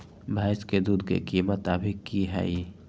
भैंस के दूध के कीमत अभी की हई?